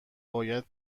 بیخیالش